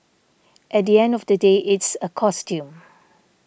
at the end of the day it's a costume